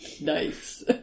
nice